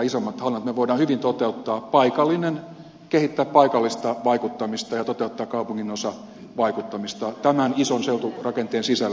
me voimme hyvin kehittää paikallista vaikuttamista ja toteuttaa kaupunginosavaikuttamista tämän ison seuturakenteen sisällä